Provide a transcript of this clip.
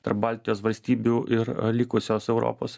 tarp baltijos valstybių ir likusios europos